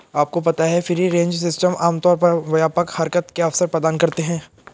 आपको पता है फ्री रेंज सिस्टम आमतौर पर व्यापक हरकत के अवसर प्रदान करते हैं?